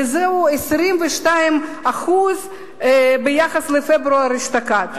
וזה עלייה של 22% ביחס לפברואר אשתקד.